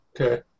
Okay